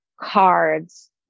cards